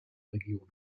region